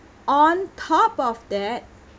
on top of that